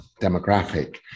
demographic